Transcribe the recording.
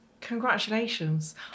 Congratulations